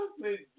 please